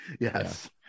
Yes